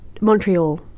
Montreal